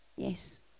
Yes